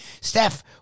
Steph